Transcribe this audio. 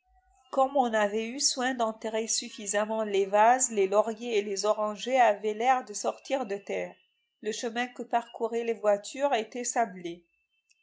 comme on avait eu soin d'enterrer suffisamment les vases les lauriers et les orangers avaient l'air de sortir de terre le chemin que parcouraient les voitures était sablé